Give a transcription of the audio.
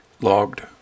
logged